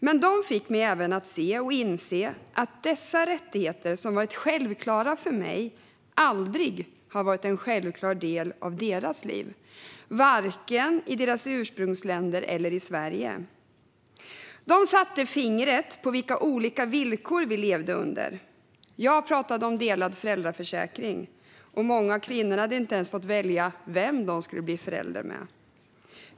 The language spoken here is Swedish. Men de fick mig även att se och inse att dessa rättigheter, som varit självklara för mig, aldrig hade varit en självklar del av deras liv, varken i deras ursprungsländer eller i Sverige. De satte fingret på vilka olika villkor vi levde under. Jag pratade om delad föräldraförsäkring, och många av kvinnorna hade inte ens fått välja vem de skulle bli förälder med.